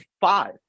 five